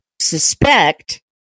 suspect